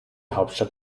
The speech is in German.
hauptstadt